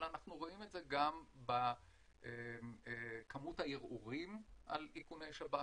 אבל אנחנו רואים את זה גם בכמות הערעורים על איכוני שב"כ.